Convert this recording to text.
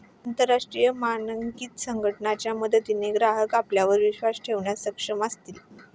अंतरराष्ट्रीय मानकीकरण संघटना च्या मदतीने ग्राहक आपल्यावर विश्वास ठेवण्यास सक्षम असतील